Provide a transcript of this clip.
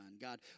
God